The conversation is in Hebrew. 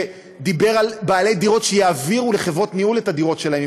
שדיבר על בעלי דירות שיעבירו לחברות ניהול את הדירות שלהם,